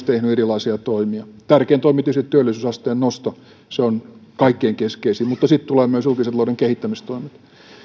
hallitus tehnyt erilaisia toimia tärkein toimi on tietysti työllisyysasteen nosto se on kaikkein keskeisin mutta sitten tulevat myös julkisen talouden kehittämistoimet